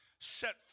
set